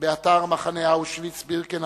באתר מחנה אושוויץ-בירקנאו